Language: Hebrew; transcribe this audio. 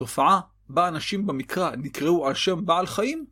תופעה בה אנשים במקרא נקראו על שם בעל חיים